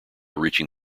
reaching